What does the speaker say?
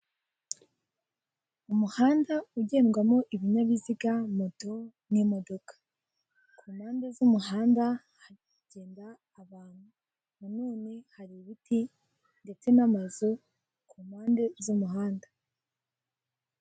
Umuhanda ugendwamo ibinyabiziga moto n'imodoka. Ku mpande z'umuhanda haragenda abantu. Nanone hari ibiti, ndetse n'amazu ku mpande z'umuhanda.